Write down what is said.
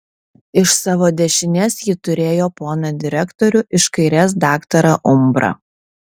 iš savo dešinės ji turėjo poną direktorių iš kairės daktarą umbrą